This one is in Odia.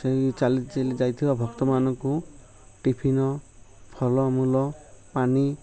ସେଇ ଚାଲିଛି ଯାଇଥିବା ଭକ୍ତମାନଙ୍କୁ ଟିଫିନ୍ ଫଳମୂଳ ପାଣି